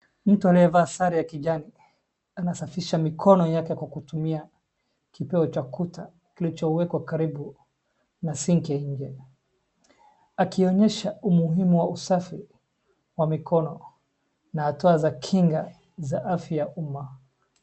Mtu anayevaa sare ya kijani anasafisha mikono yake kwa kutumia kipeo cha kuta kilichowwkwa karibu na sink ya nje, akionyesha umuhimu wa usafi wa mikono na hatua za Kinga za afya ya umma.